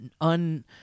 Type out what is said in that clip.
un